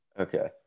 Okay